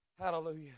Hallelujah